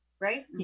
right